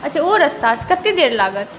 अच्छा ओहि रस्तासँ कतेक देर लागत